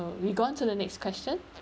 we go on to the next question